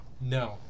no